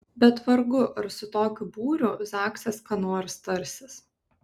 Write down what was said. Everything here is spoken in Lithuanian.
bet vargu ar su tokiu būriu zaksas ką nors tarsis